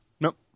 Nope